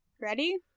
Ready